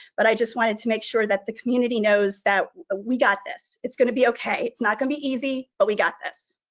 but i just wanted to make sure that the community knows that we got this. it's gonna be okay. it's not gonna be easy, but we got this.